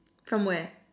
from where